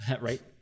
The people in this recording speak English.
Right